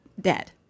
dead